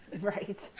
right